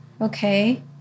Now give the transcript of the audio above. okay